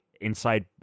Inside